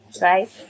right